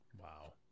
Wow